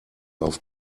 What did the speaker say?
auf